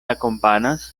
akompanas